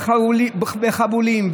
חבולים,